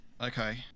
okay